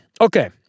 Okay